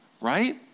Right